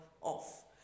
off